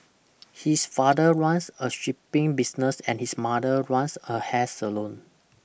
his father runs a shipping business and his mother runs a hair salon